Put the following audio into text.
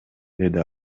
деди